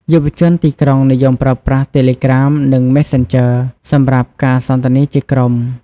យុវជនទីក្រុងនិយមប្រើប្រាស់ តេលេក្រាម និង Messenger សម្រាប់ការសន្ទនាជាក្រុម។